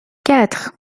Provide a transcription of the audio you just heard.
quatre